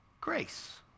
grace